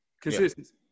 consistency